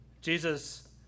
Jesus